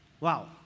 Wow